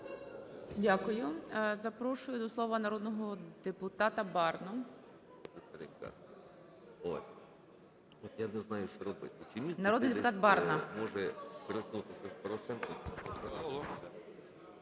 Дякую. Запрошую до слова народного депутата Барну. Народний депутат Барна.